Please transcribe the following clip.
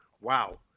wow